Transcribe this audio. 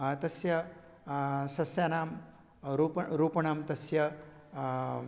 तस्य सस्यानां रूपणं रूपणं तस्य